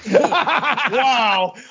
Wow